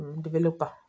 developer